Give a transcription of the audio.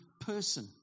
person